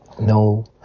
No